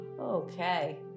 Okay